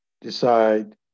decide